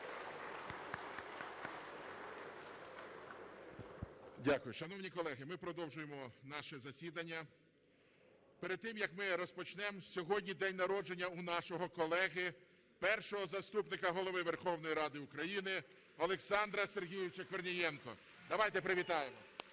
Дякую. Шановні колеги, ми продовжуємо наше засідання. Перед тим, як ми розпочнемо, сьогодні день народження у нашого колеги, Першого заступника Голови Верховної Ради України Олександра Сергійовича Корнієнка. Давайте привітаємо.